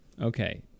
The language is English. Okay